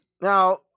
Now